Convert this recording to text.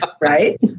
Right